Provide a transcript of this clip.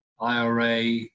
IRA